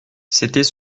c’était